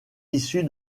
issue